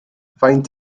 faint